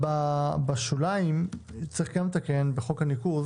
בשוליים גם צריך לתקן בחוק הניקוז